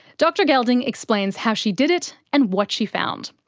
dr gelding explains how she did it, and what she found.